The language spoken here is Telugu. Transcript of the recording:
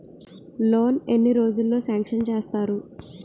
లోన్ ఎన్ని రోజుల్లో సాంక్షన్ చేస్తారు?